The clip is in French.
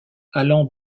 allant